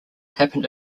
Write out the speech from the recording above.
happened